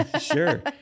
Sure